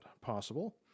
possible